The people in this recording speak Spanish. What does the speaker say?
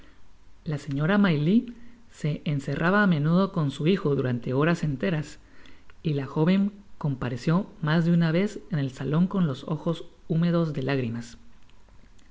la señora maylie se encerraba á menudo con su hijo durante horas enteras y la joven compareció mas de una vez en el salon con los ojos húmedos de lágrimas